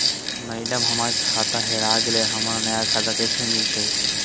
madam, हमर खाता हेरा गेलई, हमरा नया खाता कैसे मिलते